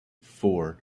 four